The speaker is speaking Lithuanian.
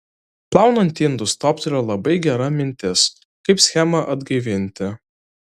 plaunant indus toptelėjo labai gera mintis kaip schemą atgaivinti